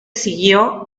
siguió